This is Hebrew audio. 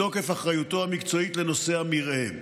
בתוקף אחריותו המקצועית לנושא המרעה.